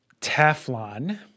Teflon